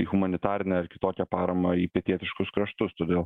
humanitarinę ar kitokią paramą į pietietiškus kraštus todėl